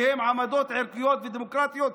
כי הן עמדות ערכיות ודמוקרטיות,